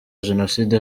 jenoside